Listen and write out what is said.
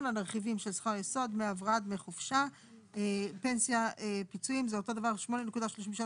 1 טור 2 טור 3 טור